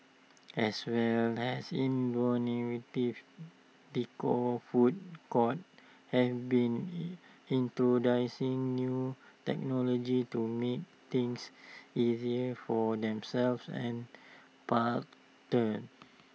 as well as innovative decor food courts have been into dancing new technologies to make things easier for themselves and parter